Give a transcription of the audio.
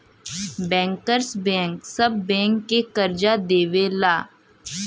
bankers bank सब bank के करजा देवला